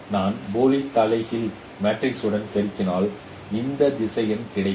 நான் போலி தலைகீழ் மேட்ரிக்ஸுடன் பெருக்கினால் இந்த திசையன் கிடைக்கும்